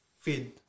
feed